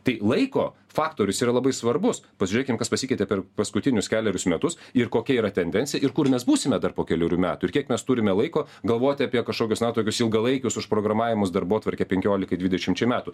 tai laiko faktorius yra labai svarbus pasižiūrėkim kas pasikeitė per paskutinius kelerius metus ir kokia yra tendencija ir kur mes būsime dar po kelerių metų ir kiek mes turime laiko galvoti apie kažkokius na tokius ilgalaikius užprogramavimus darbotvarkėj penkiolikai dvidešimčiai metų